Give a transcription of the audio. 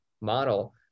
model